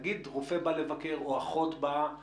למשל, רופא בא לבקר, או אחות באה לבקר,